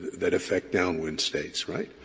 that affect downwind states, right?